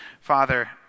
Father